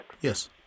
Yes